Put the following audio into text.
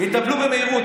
יטפלו במהירות.